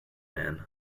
man